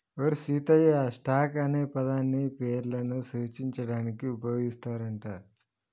ఓరి సీతయ్య, స్టాక్ అనే పదాన్ని పేర్లను సూచించడానికి ఉపయోగిస్తారు అంట